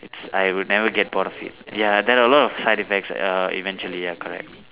it's I would never get bored of it ya there a lot of side effects err eventually ya correct